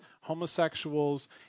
homosexuals